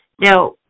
Now